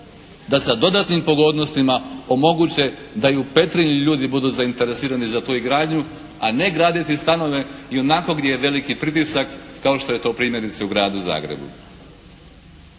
da sa dodatnim pogodnostima omoguće da i u Petrinji ljudi budu zainteresiranu za tu izgradnju a ne graditi stanove ionako gdje je veliki pritisak kao što je to primjerice u gradu Zagrebu.